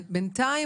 בינתיים,